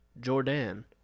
Jordan